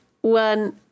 one